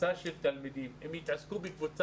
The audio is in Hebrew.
קבוצה של תלמידים אלא הם יתעסקו בקבוצה